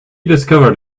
discovered